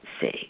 see